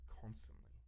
constantly